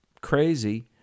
crazy